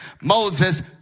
Moses